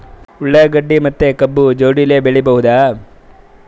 ಉಳ್ಳಾಗಡ್ಡಿ ಮತ್ತೆ ಕಬ್ಬು ಜೋಡಿಲೆ ಬೆಳಿ ಬಹುದಾ?